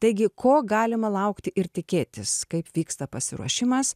taigi ko galima laukti ir tikėtis kaip vyksta pasiruošimas